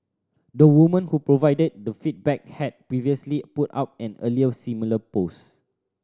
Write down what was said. the woman who provided the feedback had previously put up an earlier similar post